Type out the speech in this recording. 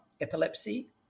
epilepsy